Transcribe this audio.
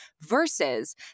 versus